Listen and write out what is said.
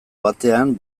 batean